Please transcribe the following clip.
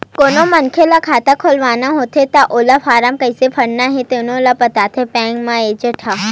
कोनो मनखे ल खाता खोलवाना होथे त ओला फारम कइसे भरना हे तउन ल बताथे बेंक म रेहे एजेंट ह